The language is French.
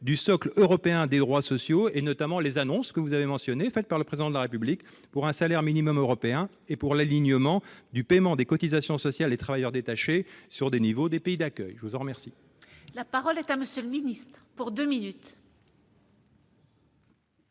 du socle européen des droits sociaux et notamment les annonces que vous avez mentionné faite par le président de la République pour un salaire minimum européen et pour l'alignement du paiement des cotisations sociales des travailleurs détachés sur des niveaux des pays d'accueil, je vous en remercie. La parole est à monsieur le ministre, pour 2 minutes.